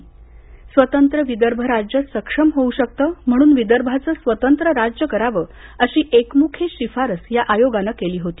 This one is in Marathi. या अहवालानुसार स्वतंत्र विदर्भ राज्य सक्षम होऊ शकतं म्हणून विदर्भाचं स्वतंत्र राज्य करावं अशी एकमुखी शिफारस या आयोगानं केली होती